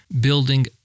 building